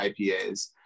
IPAs